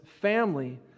family